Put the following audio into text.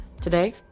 Today